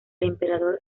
emperador